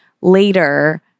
later